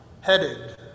headed